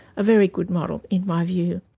a very good model, in my view.